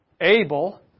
able